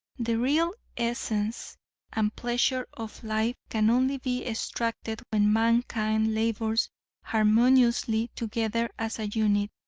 the real essence and pleasure of life can only be extracted when mankind labors harmoniously together as a unit,